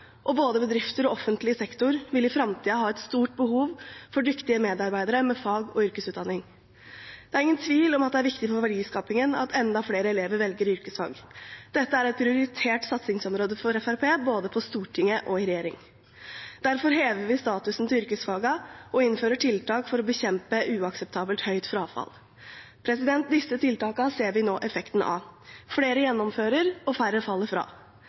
og både bedrifter og offentlig sektor vil i framtiden ha et stort behov for dyktige medarbeidere med fag- og yrkesutdanning. Det er ingen tvil om at det er viktig for verdiskapingen at enda flere elever velger yrkesfag. Dette er et prioritert satsingsområde for Fremskrittspartiet, både på Stortinget og i regjeringen. Derfor hever vi statusen til yrkesfagene og innfører tiltak for å bekjempe uakseptabelt høyt frafall. Disse tiltakene ser vi nå effekten av. Flere gjennomfører, og færre faller fra.